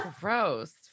gross